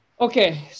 Okay